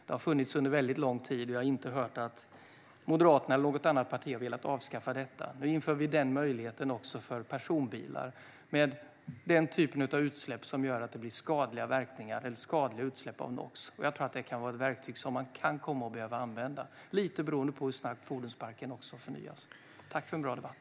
De har funnits under mycket lång tid, och jag har inte hört att Moderaterna eller något annat parti har velat avskaffa dem. Nu inför vi denna möjlighet också för personbilar med den typen av utsläpp som gör att det blir skadliga utsläpp av NOx. Jag tror att det kan vara ett verktyg som man kan komma att behöva använda, lite beroende på hur snabbt fordonsparken förnyas. Jag tackar för en bra debatt.